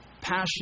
passion